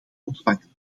ontvangen